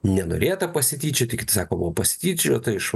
nenorėta pasityčioti kiti sako buvo pasityčiota iš